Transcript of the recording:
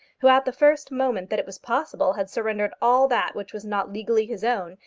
who at the first moment that it was possible had surrendered all that which was not legally his own,